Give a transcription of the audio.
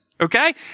Okay